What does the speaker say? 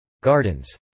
gardens